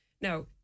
now